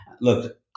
Look